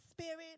Spirit